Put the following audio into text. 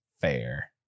Fair